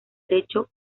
estrecho